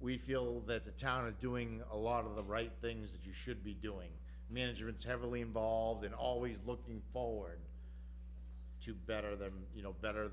we feel that the town of doing a lot of the right things that you should be doing manager it's heavily involved in always looking forward to better than you know better